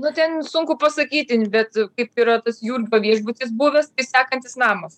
nu ten sunku pasakyti bet kaip yra tas jurba viešbutis buvęs tai sekantis namas